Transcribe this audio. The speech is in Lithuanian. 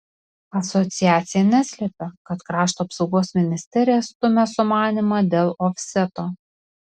asociacija neslepia kad krašto apsaugos ministerija stumia sumanymą dėl ofseto